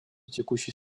текущей